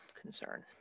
concern